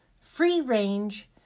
free-range